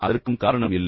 அதற்கும் காரணம் இல்லை